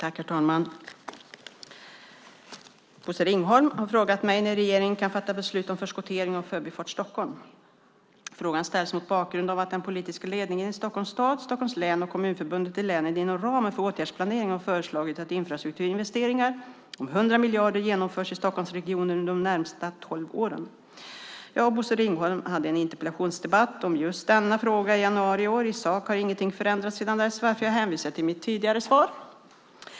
Herr talman! Bosse Ringholm har frågat mig när regeringen kan fatta beslut om förskottering av Förbifart Stockholm. Frågan ställs mot bakgrund av att den politiska ledningen i Stockholms stad, Stockholms län och kommunförbundet i länet inom ramen för åtgärdsplaneringen har föreslagit att infrastrukturinvesteringar om 100 miljarder kronor genomförs i Stockholmsregionen under de närmaste tolv åren. Jag och Bosse Ringholm hade en interpellationsdebatt om just denna fråga i januari i år. I sak har inget förändrats sedan dess, varför jag hänvisar till mitt tidigare svar.